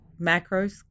macros